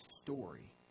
story